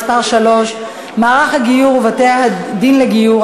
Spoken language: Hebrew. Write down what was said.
(מס' 3) (מערך הגיור ובתי-דין לגיור),